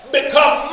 become